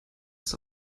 das